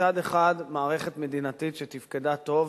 מצד אחד, מערכת מדינתית שתפקדה טוב,